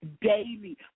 daily